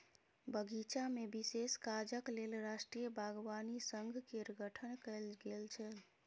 बगीचामे विशेष काजक लेल राष्ट्रीय बागवानी संघ केर गठन कैल गेल छल